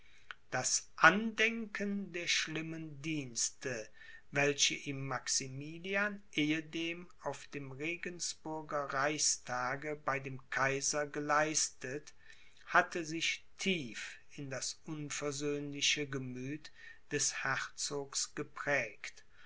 das andenken der schlimmen dienste welche ihm maximilian ehedem auf dem regensburger reichstage bei dem kaiser geleistet hatte sich tief in das unversöhnliche gemüth des herzogs geprägt